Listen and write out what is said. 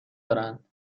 دارند